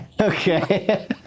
Okay